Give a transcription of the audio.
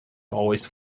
always